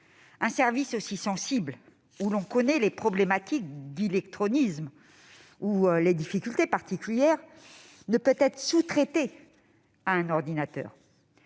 Un service aussi sensible, où l'on connaît les problématiques d'illectronisme ou les difficultés particulières, ne peut être « sous-traité » à un ordinateur.